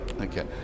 Okay